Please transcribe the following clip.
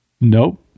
Nope